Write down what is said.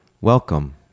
Welcome